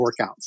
workouts